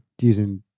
using